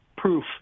proof